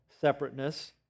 separateness